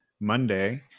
Monday